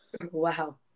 wow